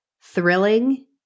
thrilling